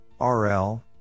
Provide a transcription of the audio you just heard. RL